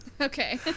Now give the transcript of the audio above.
Okay